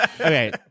Okay